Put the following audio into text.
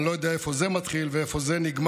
אני לא יודע איפה זה מתחיל ואיפה זה נגמר.